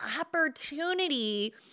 opportunity